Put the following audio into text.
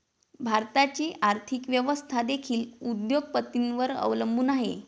भारताची आर्थिक व्यवस्था देखील उद्योग पतींवर अवलंबून आहे